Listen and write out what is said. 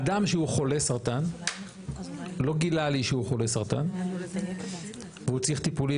אדם שהוא חולה סרטן לא גילה לי שהוא חולה סרטן והוא צריך טיפולים